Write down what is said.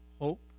hope